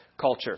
culture